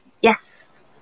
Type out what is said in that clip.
yes